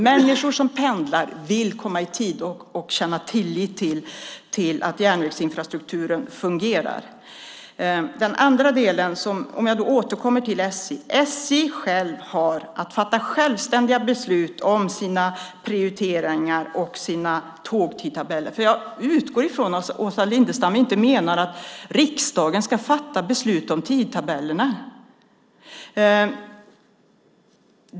Människor som pendlar vill komma fram i tid och vill kunna känna en tillit till att järnvägsinfrastrukturen fungerar. För det andra återkommer jag till SJ. SJ självt har att självständigt fatta beslut om sina prioriteringar och sina tågtidtabeller. Jag utgår från att Åsa Lindestam inte menar att riksdagen ska fatta beslut om tidtabellerna.